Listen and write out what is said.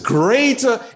greater